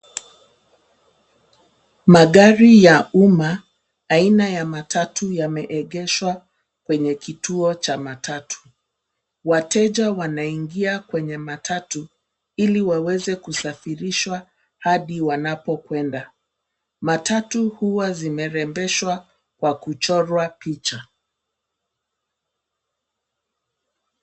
magari ya uma, aina ya matatu yameegeshwa kwenye kituo cha matatu. Wateja wanaingia kwenye matatu, ili waweze kisafirishwa hadi wanapokwenda. Matatu huwa zimerembeshwa kwa kuchorwa picha.